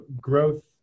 growth